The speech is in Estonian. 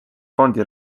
fondi